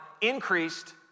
increased